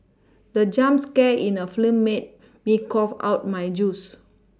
the jump scare in the film made me cough out my juice